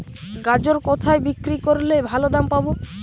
গাজর কোথায় বিক্রি করলে ভালো দাম পাব?